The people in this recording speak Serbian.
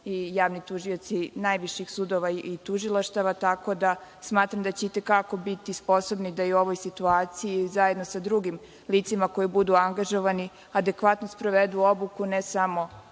i javni tužioci najviših sudova i tužilaštava, tako da smatram da će i te kako biti sposobni da i u ovoj situaciji i zajedno sa drugim licima koja budu angažovana adekvatno sprovedu obuku ne samo